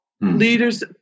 Leaders